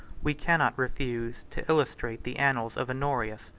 we cannot refuse to illustrate the annals of honorius,